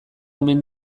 omen